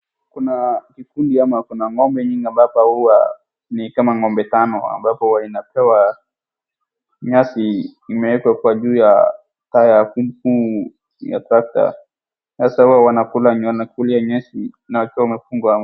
Kuna vikundi ama kuna ng'ombe nyingi ambapo huwa ni kama ng'ombe tano ambapo huwa inapewa nyasi imeekwa kwa juu ya tyer ngumu ya tractor . Sasa huwa wanakula yenye wanakulia nyasi na wakiwa wamefungwa.